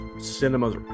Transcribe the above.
cinema's